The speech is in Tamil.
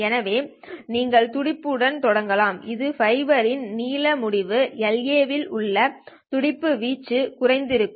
எனவே நீங்கள் துடிப்பு உடன் தொடங்கலாம் இது ஃபைபரின் நீளமுடிவு La இல் உள்ள துடிப்பு வீச்சு குறைந்து இருக்கும்